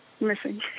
missing